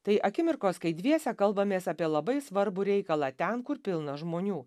tai akimirkos kai dviese kalbamės apie labai svarbų reikalą ten kur pilna žmonių